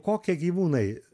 kokie gyvūnai